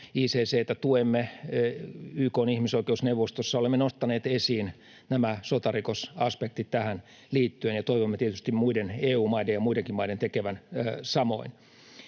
ICC:tä tuemme. YK:n ihmisoikeusneuvostossa olemme nostaneet esiin nämä sotarikosaspektit tähän liittyen, ja toivomme tietysti muiden EU-maiden ja muidenkin maiden tekevän samoin.